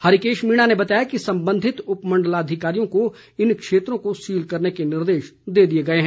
हरिकेश मीणा ने बताया कि संबंधित उपमंडलाधिकारियों को इन क्षेत्रों को सील करने के निर्देश दे दिए गए हैं